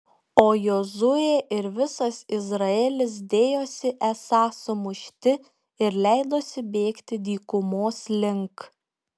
o jozuė ir visas izraelis dėjosi esą sumušti ir leidosi bėgti dykumos link